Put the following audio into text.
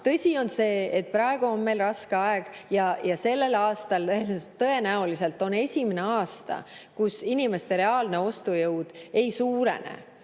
tõsi on see, et praegu on meil raske aeg ja see aasta on tõenäoliselt esimene, kui inimeste reaalne ostujõud ei suurene.